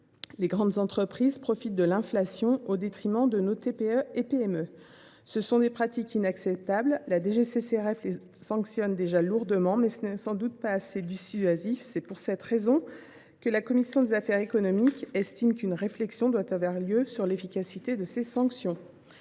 les grandes entreprises profitant de l’inflation au détriment de nos TPE PME. Ce sont des pratiques inacceptables ! La DGCCRF les sanctionne déjà lourdement, mais ce n’est sans doute pas assez dissuasif : c’est pour cette raison que la commission des affaires économiques estime qu’une réflexion doit avoir lieu sur l’efficacité de ces sanctions.